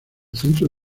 centro